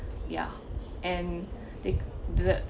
yeah and the blurred